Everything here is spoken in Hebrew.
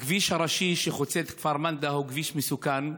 הכביש הראשי שחוצה את כפר מנדא הוא כביש מסוכן.